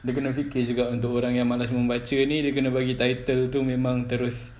dia kena fikir juga untuk orang yang malas membaca ni dia kena bagi title tu memang terus